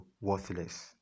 worthless